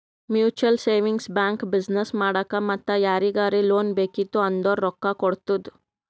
mutual savings bank business ಮಾಡಾಕ್ ಮತ್ತ ಯಾರಿಗರೇ ಲೋನ್ ಬೇಕಿತ್ತು ಅಂದುರ್ ರೊಕ್ಕಾ ಕೊಡ್ತುದ್